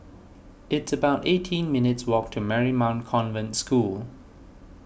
it's about eighteen minutes' walk to Marymount Convent School